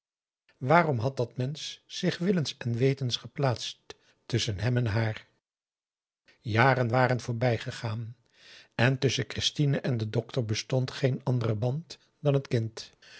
waarom had dat mensch zich willens en wetens geplaatst tusschen hem en haar jaren waren voorbijgegaan en tusschen christine en den dokter bestond geen andere band dan het kind